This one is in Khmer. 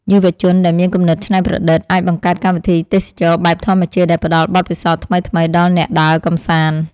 យុវជនដែលមានគំនិតច្នៃប្រឌិតអាចបង្កើតកម្មវិធីទេសចរណ៍បែបធម្មជាតិដែលផ្តល់បទពិសោធន៍ថ្មីៗដល់អ្នកដើរកម្សាន្ត។